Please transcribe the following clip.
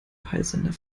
peilsender